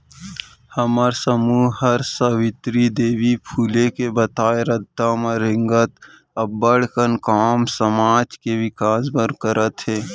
हमर समूह हर सावित्री देवी फूले के बताए रद्दा म रेंगत अब्बड़ कन काम समाज के बिकास बर करत हे